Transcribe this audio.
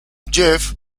jeff